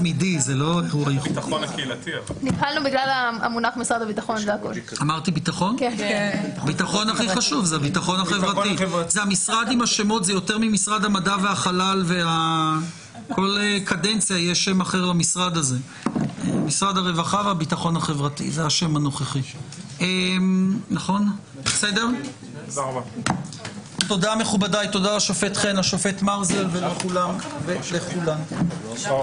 13:31.